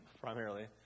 primarily